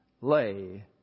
lay